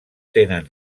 tenen